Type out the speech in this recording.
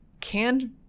canned